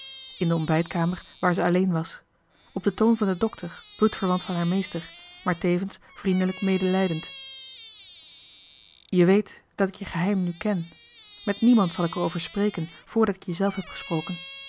in de ontbijtkamer waar zij alleen was op den toon van den dokter bloedverwant van haar meester maar tevens vriendelijk medelijdend je weet dat ik je geheim nu ken met niemand zal ik er over spreken voordat ik je zelf heb gesproken